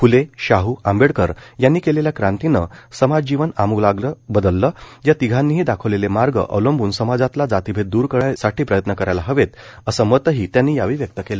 फुले शाहू आंबेडकर यांनी केलेल्या क्रांतीनं समाजजीवन आमूलाग्र बदललं या तिघांनीही दाखवलेले मार्ग अवलंबून समाजातला जातीभेद दूर करायसाठी प्रयत्न व्हायला हवेत असं मतही त्यांनी यावेळी व्यक्त केलं